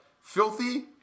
Filthy